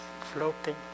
floating